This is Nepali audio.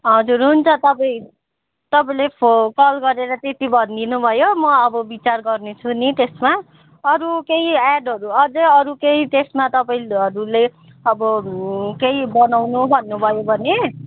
हजुर हुन्छ तपाईँ तपाईँले फोन कल गरेर त्यति भनिदिनु भयो म अब विचार गर्नेछु नि त्यसमा अरू केही एडहरू अझै अरू केही त्यसमा तपाईँलेहरूले अब केही बनाउनु भन्नुभयो भने